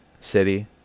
city